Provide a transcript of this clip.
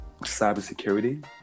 cybersecurity